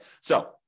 So-